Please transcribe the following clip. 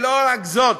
לא רק זאת,